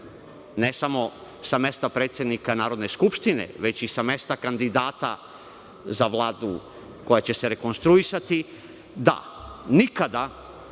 ne samo sa mesta predsednika Narodne skupštine, već i sa mesta kandidata za Vladu koja će se rekonstruisati, da nikada